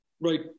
right